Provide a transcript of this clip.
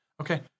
Okay